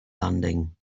landing